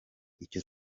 icyo